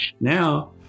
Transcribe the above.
now